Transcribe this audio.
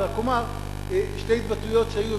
שתי התבטאויות שהיו,